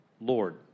Lord